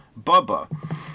Bubba